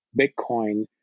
Bitcoin